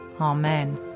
Amen